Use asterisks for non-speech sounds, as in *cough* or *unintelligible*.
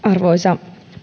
*unintelligible* arvoisa